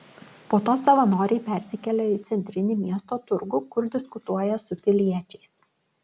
po to savanoriai persikelia į centrinį miesto turgų kur diskutuoja su piliečiais